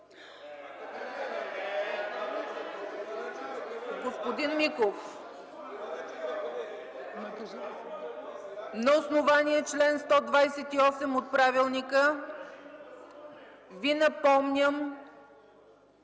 Господин Миков, на основание чл. 128 от правилника Ви напомням